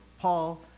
Paul